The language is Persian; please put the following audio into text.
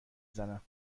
زنم